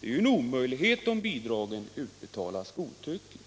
Men detta är en omöjlighet om bidragen utbetalas godtyckligt.